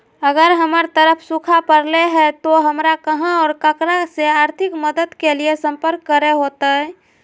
अगर हमर तरफ सुखा परले है तो, हमरा कहा और ककरा से आर्थिक मदद के लिए सम्पर्क करे होतय?